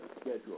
schedule